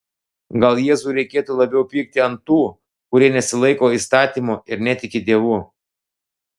gal jėzui reikėtų labiau pykti ant tų kurie nesilaiko įstatymo ir netiki dievu